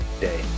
day